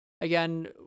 Again